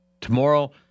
Tomorrow